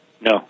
No